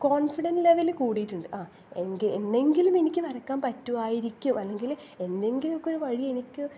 confident level കൂടിയിട്ടുണ്ട് എന്നെങ്കിലും എനിക്ക് വരയ്ക്കാൻ പറ്റുമായിരിക്കും അല്ലെങ്കിൽ എന്തെങ്കിലുമൊക്കെ ഒരു വഴി എനിക്ക്